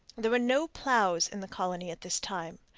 there were no ploughs in the colony at this time.